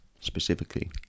specifically